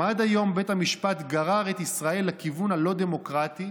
אם עד היום בית המשפט גרר את ישראל לכיוון הלא-דמוקרטי,